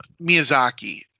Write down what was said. Miyazaki